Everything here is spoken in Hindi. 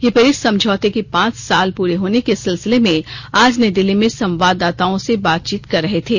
वे पेंरिस समझौते के पांच साल पूरे होने के सिलसिले में आज नई दिल्ली में संवाददाताओं से बातचीत कर रहे थे